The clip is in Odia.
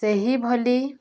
ସେହିଭଲି